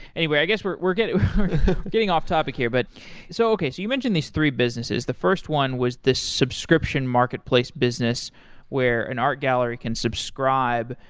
anyway, i guess we're we're getting getting off topic here. but so okay. so you mentioned these three business, the first one was this subscription marketplace business where an art gallery can subscribe.